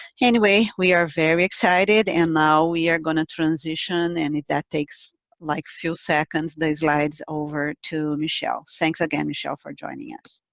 anyway, we are very excited and now we are going to transition and that takes like a few seconds the slides over to michelle. thanks again, michelle, for joining us.